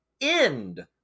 end